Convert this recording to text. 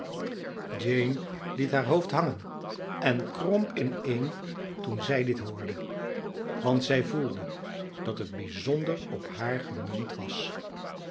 jane liet haar hoofd hangen en kromp ineen toen zij dit hoorde want zij voelde dat het bijzonder op haar gemunt was